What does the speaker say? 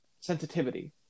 sensitivity